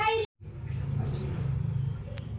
गाडी घेण्यासाठी कर्ज मिळेल का?